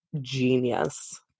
genius